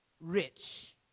rich